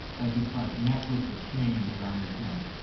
has this, like, necklace or chain around his neck.